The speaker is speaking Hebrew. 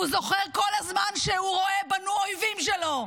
הוא זוכר כל הזמן שהוא רואה בנו אויבים שלו.